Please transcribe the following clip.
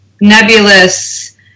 nebulous